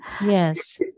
Yes